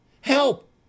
Help